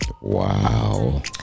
Wow